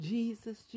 Jesus